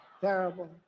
Terrible